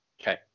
Okay